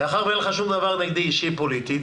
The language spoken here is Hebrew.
מאחר שאין לך נגדי שום דבר אישי פוליטית,